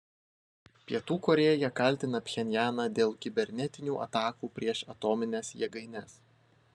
pietų korėja kaltina pchenjaną dėl kibernetinių atakų prieš atomines jėgaines